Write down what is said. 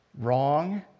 Wrong